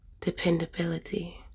dependability